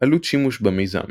עלות שימוש במיזם